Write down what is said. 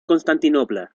constantinopla